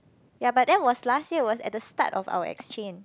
ya but that was last year it was at the start of our exchange